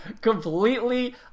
completely